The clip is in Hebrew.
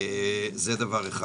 זה דבר אחד.